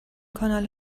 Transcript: کانال